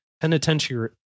penitentiary